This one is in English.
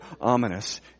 ominous